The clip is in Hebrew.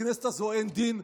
בכנסת הזו אין דין,